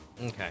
Okay